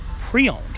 Pre-Owned